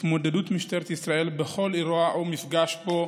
ההתמודדות של משטרת ישראל בכל אירוע או מפגש שבו